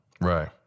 right